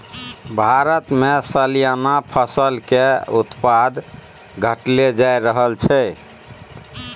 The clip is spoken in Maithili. भारतमे सलियाना फसल केर उत्पादन घटले जा रहल छै